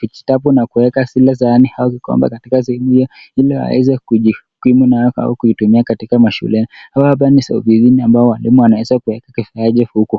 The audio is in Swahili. vijitabu na kuweka zile sahani au vikombe katika zile ili waweze kujikimu nayo au kuitumia katika mashuleni, au hapa ni ofisini ambao walimu wanaeza kuweka vinywaji huku.